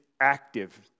active